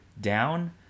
down